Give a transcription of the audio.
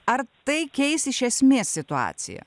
ar tai keis iš esmės situaciją